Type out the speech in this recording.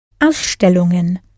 Ausstellungen